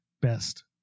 best